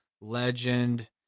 legend